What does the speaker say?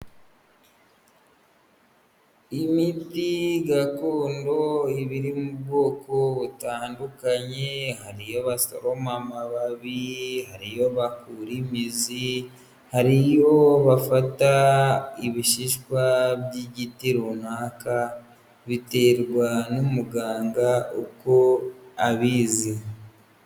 Imiti gakondo ibiri mu bwoko butandukanye hari iyo basoroma amababi, hari iyo bakura imizi, hari iyo bafata ibishishwa by'igiti runaka biterwa n'umuganga uko abizi.